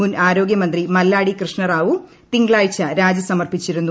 മുൻ ആരോഗൃ മന്ത്രി മല്ലാഡി കൃഷ്ണറാവു തിങ്കളാഴ്ച രാജി സമർപ്പിച്ചിരുന്നു